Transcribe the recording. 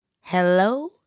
Hello